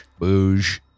Boosh